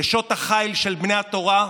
נשות החיל של בני התורה,